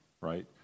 right